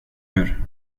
hur